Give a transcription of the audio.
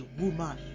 woman